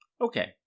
Okay